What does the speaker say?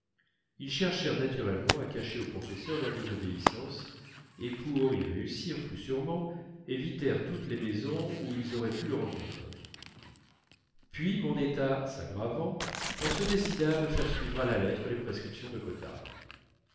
ils cherchèrent naturellement à cacher au professeur leur désobéissance et pour y réussir plus sûrement évitèrent toutes les maisons où ils auraient pu le rencontrer puis mon état s'aggravant on se décida à me faire suivre à la lettre les prescriptions de